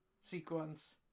sequence